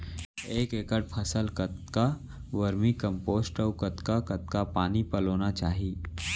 एक एकड़ फसल कतका वर्मीकम्पोस्ट अऊ कतका कतका पानी पलोना चाही?